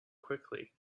quickly